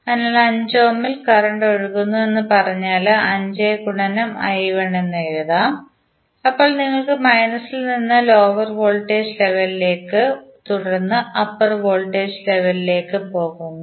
അതിനാൽ 5 ഓമിൽ കറന്റ് ഒഴുകുന്നുവെന്ന് പറഞ്ഞാൽ 5 I1 എന്ന് എഴുതാം അപ്പോൾ നിങ്ങൾ മൈനസിൽ നിന്ന് ലോവർ വോൾട്ടേജ് ലെവലിലേക്ക് തുടർന്ന് അപ്പർ വോൾട്ടേജ് ലെവലിലേക്ക് പോകുന്നു